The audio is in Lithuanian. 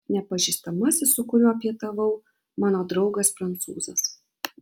nepažįstamasis su kuriuo pietavau mano draugas prancūzas